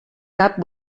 cap